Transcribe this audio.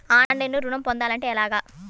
ఆన్లైన్లో ఋణం పొందాలంటే ఎలాగా?